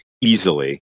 easily